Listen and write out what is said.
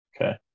Okay